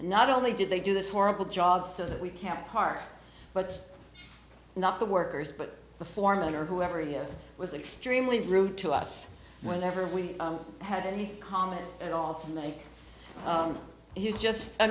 and not only did they do this horrible job so that we can't part but not the workers but the foreman or whoever he is was extremely rude to us whenever we had any comment at all from the way he was just i